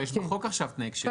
יש עכשיו בחוק תנאי כשירות חדשים.